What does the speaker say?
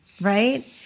Right